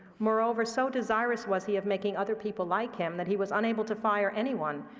moreover, so desirous was he of making other people like him that he was unable to fire anyone,